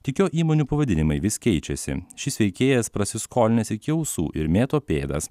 tik jo įmonių pavadinimai vis keičiasi šis veikėjas prasiskolinęs iki ausų ir mėto pėdas